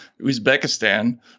Uzbekistan